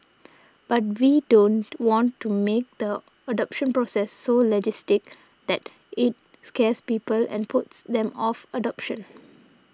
but we don't want to make the adoption process so legalistic that it scares people and puts them off adoption